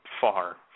far